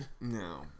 No